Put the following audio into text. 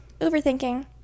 Overthinking